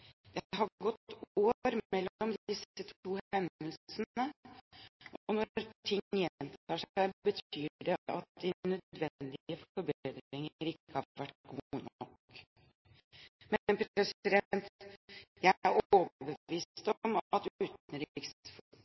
Det har gått år mellom disse to hendelsene, og når ting gjentar seg, betyr det at de nødvendige forbedringer ikke har vært gode nok. Jeg er overbevist